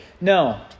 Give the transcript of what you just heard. No